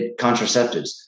contraceptives